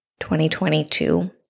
2022